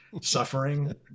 suffering